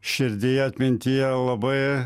širdyje atmintyje labai